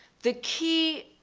the key